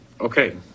Okay